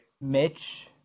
Mitch